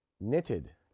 Knitted